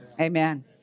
Amen